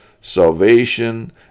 salvation